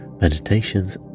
meditations